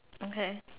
okay